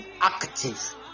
active